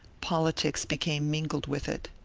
politics became mingled with it.